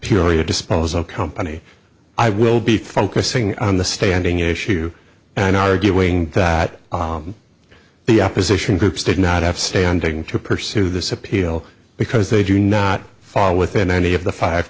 purely a disposal company i will be focusing on the standing issue and arguing that the opposition groups did not have standing to pursue this appeal because they do not fall within any of the five